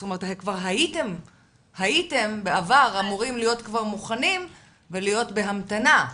זאת אומרת כבר הייתם בעבר אמורים להיות מוכנים ולהיות בהמתנה.